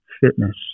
fitness